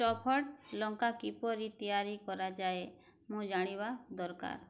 stuffed ଲଙ୍କା କିପରି ତିଆରି କରାଯାଏ ମୁଁ ଜାଣିବା ଦରକାର